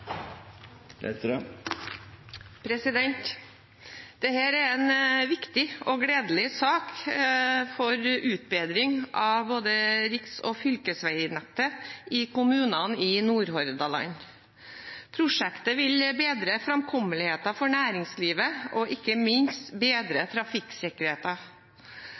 er en viktig og gledelig sak for utbedring av både riks- og fylkesveinettet i kommunene i Nordhordland. Prosjektet vil bedre framkommeligheten for næringslivet og ikke minst bedre